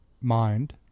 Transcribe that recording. mind